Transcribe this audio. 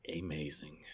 amazing